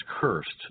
cursed